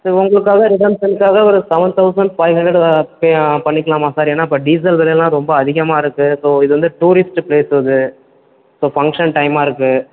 sir உங்களுக்காக demand பண்ணதுக்காக ஒரு seven thousand five hundred pay பண்ணிக்கலாமா சார் ஏன்னா இப்போ டீசல் விலையெல்லாம் ரொம்ப அதிகமாக இருக்கு ஸோ இது வந்து டூரிஸ்ட்டு ப்ளேஸ் இது இப்போ ஃபங்க்ஷன் டைமாக இருக்கு